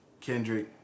Kendrick